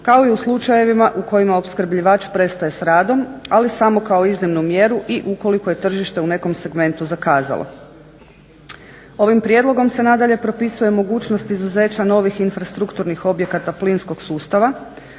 kao i u slučajevima u kojima opskrbljivač prestaje s radom ali samo kao iznimnu mjeru i ukoliko je tržište u nekom segmentu zakazalo. Ovim prijedlogom se nadalje propisuje mogućnost izuzeća novih infrastrukturnih objekata plinskog sustava